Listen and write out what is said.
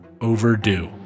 overdue